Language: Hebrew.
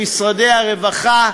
במשרד הרווחה,